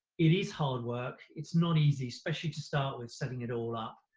it is hard work, it's not easy, especially to start with, setting it all up,